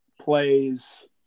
plays